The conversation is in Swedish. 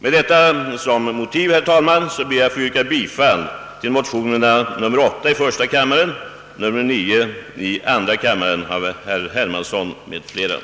Med denna motivering, herr talman, ber jag att få yrka bifall till motionen 11:9 av herr Hermansson m.fl., som är likalydande med motionen I:8 av herr Werner.